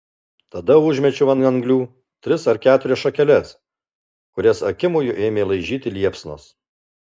tada užmečiau ant anglių tris ar keturias šakeles kurias akimoju ėmė laižyti liepsnos